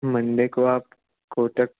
Monday को आप कोटक